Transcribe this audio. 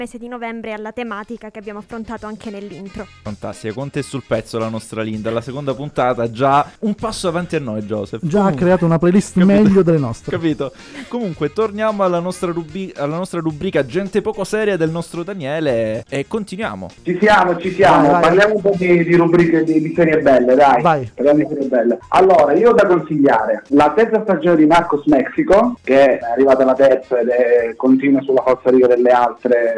mese di novembre alla tematica che abbiamo affrontato anche nell'intro. Fantastico, con te sul pezzo la nostra Linda, la seconda puntata, già un passo avanti a noi, Joseph. Già Comunque- ha creato una playlist Capito- meglio delle nostre. capito. Comunque, torniamo alla nostra rubi- alla nostra rubrica Gente poco seria del nostro Daniele e continuiamo. Ci siamo, ci siamo. Vai, vai. Parliamo un po' di- di rubriche, di- di serie belle, dai. Vai. Parliamo di serie belle. Allora, io ho da consigliare la terza stagione di Narcos Mexico, che è arrivata la terza ed è- continua sulla falsariga delle altre-